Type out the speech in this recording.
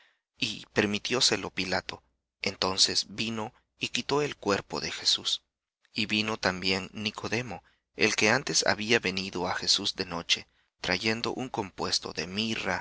y permitióselo pilato entonces vino y quitó el cuerpo de jesús y vino también nicodemo el que antes había venido á jesús de noche trayendo un compuesto de mirra